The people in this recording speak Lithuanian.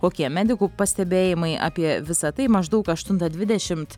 kokie medikų pastebėjimai apie visa tai maždaug aštuntą dvidešimt